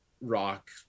rock